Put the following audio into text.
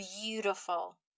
beautiful